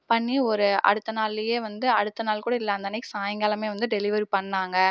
பண்ணி ஒரு அடுத்த நாள்லயே வந்து அடுத்த நாள் கூட இல்லை அந்தன்னைக்கு சாய்ங்காலமே வந்து டெலிவரி பண்ணாங்கள்